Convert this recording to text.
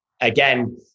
Again